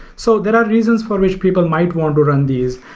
so there are reasons for which people might want to run these,